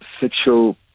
sexual